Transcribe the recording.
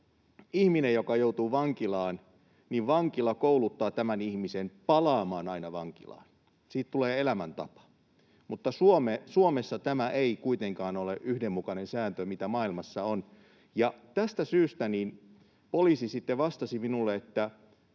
ihminen joutuu vankilaan, niin vankila kouluttaa tämän ihmisen palaamaan aina vankilaan, siitä tulee elämäntapa, mutta Suomessa tämä ei kuitenkaan ole yhdenmukainen sääntö siihen nähden, mitä maailmassa on. Tästä syystä poliisi sitten vastasi minulle,